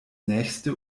nächste